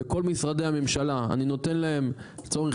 בכל משרדי הממשלה אני נותן להם לצורך